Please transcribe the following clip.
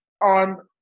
On